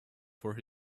for